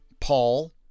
Paul